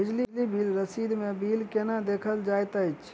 बिजली बिल रसीद मे बिल केना देखल जाइत अछि?